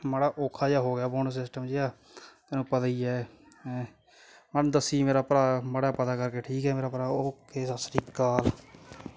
ਮਾੜਾ ਔਖਾ ਜਿਹਾ ਹੋ ਗਿਆ ਬੋਂਡ ਸਿਸਟਮ ਜਿਹਾ ਤੈਨੂੰ ਪਤਾ ਹੀ ਹੈ ਹੈਂ ਹੁਣ ਦੱਸੀ ਮੇਰਾ ਭਰਾ ਮਾੜਾ ਪਤਾ ਕਰਕੇ ਠੀਕ ਹੈ ਮੇਰਾ ਭਰਾ ਓਕੇ ਸਤਿ ਸ਼੍ਰੀ ਅਕਾਲ